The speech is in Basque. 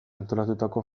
antolatutako